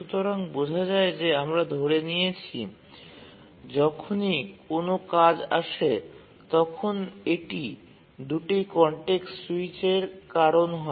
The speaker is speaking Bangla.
সুতরাং বোঝা যায় যে আমরা ধরে নিয়েছি যখনই কোনও কাজ আসে তখন এটি ২ টি কনটেক্সট স্যুইচের কারণ হয়